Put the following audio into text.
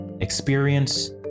experience